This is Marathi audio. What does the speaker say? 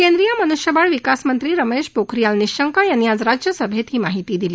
केंद्रीय मन्ष्यबळ विकास मंत्री रमेश पोखरियाल निशंक यांनी आज राज्यसभेत ही माहिती दिली